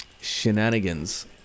shenanigans